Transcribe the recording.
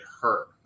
hurt